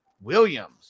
Williams